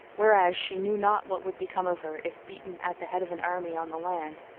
whereas she knew not what would become of her if beaten at the head of an army on the land.